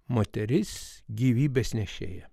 moteris gyvybės nešėja